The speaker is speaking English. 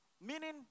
Meaning